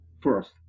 first